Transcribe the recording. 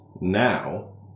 now